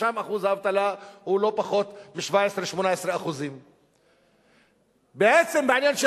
ששם אחוז האבטלה הוא לא פחות מ-17% 18%. בעצם בעניין של